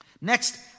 Next